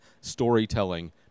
storytelling